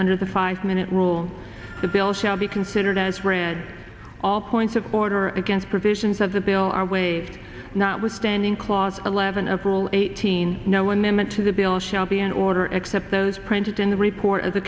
under the five minute rule the bill shall be considered as read all points of order against provisions of the bill our way notwithstanding clause eleven of rule eighteen no one minute to the bill shall be in order except those printed in the report as a